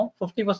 50%